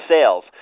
sales